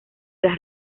las